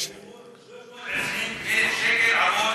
לפני שבועיים,